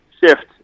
shift